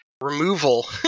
removal